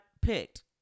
picked